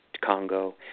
Congo